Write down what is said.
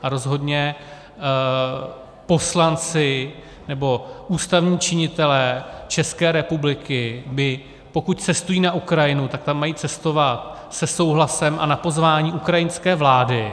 A rozhodně poslanci nebo ústavní činitelé České republiky, pokud cestují na Ukrajinu, tak tam mají cestovat se souhlasem a na pozvání ukrajinské vlády.